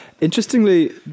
Interestingly